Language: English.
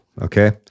okay